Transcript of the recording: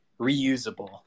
reusable